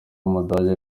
w’umudage